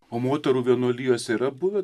o moterų vienuolijose yra buvę